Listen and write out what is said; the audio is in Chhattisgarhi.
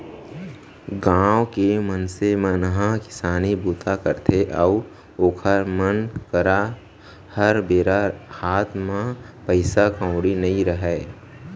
गाँव के मनसे मन ह किसानी बूता करथे अउ ओखर मन करा हर बेरा हात म पइसा कउड़ी नइ रहय